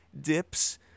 dips